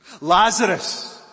Lazarus